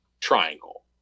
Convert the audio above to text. triangle